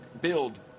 build